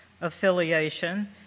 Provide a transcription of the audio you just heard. affiliation